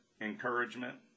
encouragement